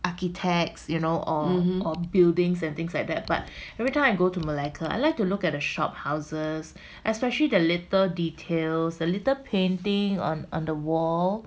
(uh huh)